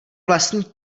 vlastní